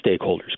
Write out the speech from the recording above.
stakeholders